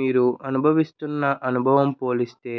మీరు అనుభవిస్తున్న అనుభవం పోలిస్తే